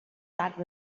that